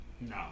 no